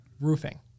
Roofing